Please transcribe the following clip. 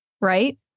right